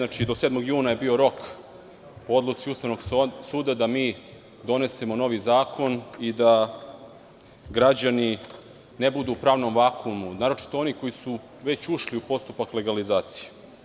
Rok je bio do 7. juna, po odluci Ustavnog suda da donesemo novi zakon i da građani ne budu u pravnom vakumu, naročito oni koji su već ušli u postupak legalizacije.